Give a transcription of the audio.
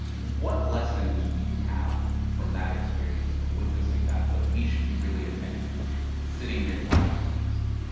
what lessons do you have from that experience, from witnessing that, that we should be really attentive to, sitting here in washington, dc?